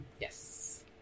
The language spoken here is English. Yes